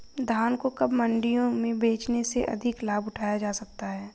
धान को कब मंडियों में बेचने से अधिक लाभ उठाया जा सकता है?